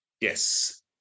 Yes